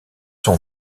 son